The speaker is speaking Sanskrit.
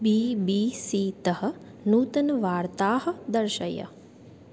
बि बि सि तः नूतनवार्ताः दर्शय